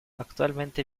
actualmente